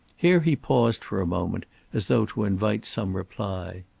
here he paused for a moment as though to invite some reply.